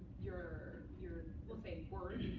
your your we'll say worth,